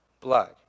blood